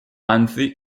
anzi